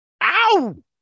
Ow